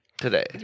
today